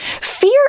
Fear